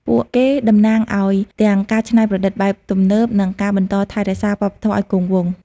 ពួកគេតំណាងឱ្យទាំងការច្នៃប្រឌិតបែបទំនើប និងការបន្តថែរក្សាវប្បធម៌ឱ្យគង់វង្ស។